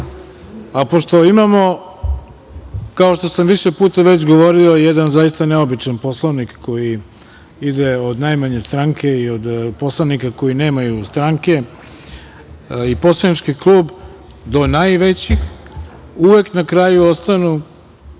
a pošto imamo, kao što sam više puta već govorio, jedan zaista neobičan Poslovnik, koji ide od najmanje stranke i od poslanika koji nemaju stranke i poslanički klub, do najvećih, uvek na kraju ostanu